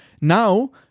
now